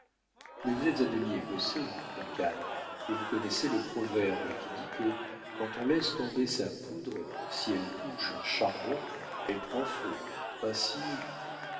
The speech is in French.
mais vous êtes à demi écossais duncan et vous connaissez le proverbe qui dit que quand on laisse tomber sa poudre si elle touche un charbon elle prend feu ainsi